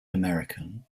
american